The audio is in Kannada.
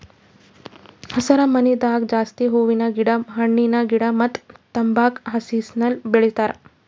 ಹಸರಮನಿದಾಗ ಜಾಸ್ತಿ ಹೂವಿನ ಗಿಡ ಹಣ್ಣಿನ ಗಿಡ ಮತ್ತ್ ತಂಬಾಕ್ ಸಸಿಗಳನ್ನ್ ಬೆಳಸ್ತಾರ್